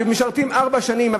שמשרתים ארבע שנים,